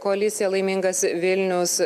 koalicija laimingas vilnius